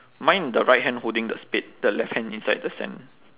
mine the right hand holding the spade the left hand inside the sand